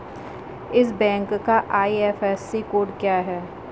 इस बैंक का IFSC code क्या है?